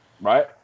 right